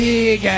Big